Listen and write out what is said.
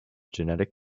genetic